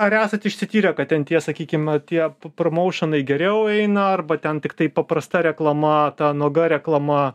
ar esat išsityrę kad ten tie sakykim na tie promaušanai geriau eina arba ten tiktai paprasta reklama ta nuoga reklama